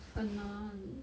很难